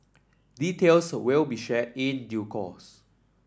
details will be shared in due course